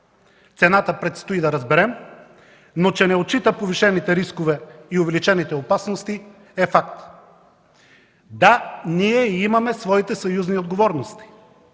Цената предстои да разберем, но че не отчита повишените рискове и увеличените опасности е факт. Да, ние имаме своите съюзни отговорности.